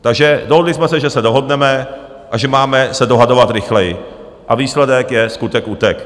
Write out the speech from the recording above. Takže dohodli jsme se, že se dohodneme a že máme se dohadovat rychleji, a výsledek je skutek utek.